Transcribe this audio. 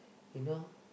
you know